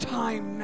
time